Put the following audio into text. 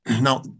Now